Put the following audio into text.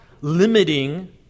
limiting